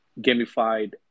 gamified